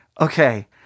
Okay